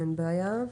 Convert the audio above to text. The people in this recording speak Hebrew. אין בעיה.